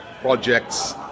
projects